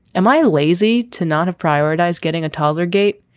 am i lazy to not have prioritized getting a taller gait?